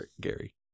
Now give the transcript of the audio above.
Gary